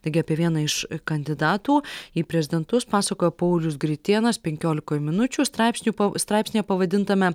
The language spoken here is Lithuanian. taigi apie vieną iš kandidatų į prezidentus pasakojo paulius gritėnas penkiolikoj minučių straipsniu straipsnyje pavadintame